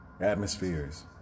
atmospheres